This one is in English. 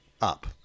up